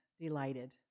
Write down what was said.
delighted